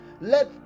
let